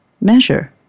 measure